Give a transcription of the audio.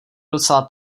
docela